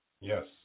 Yes